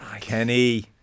Kenny